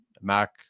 Mac